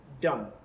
Done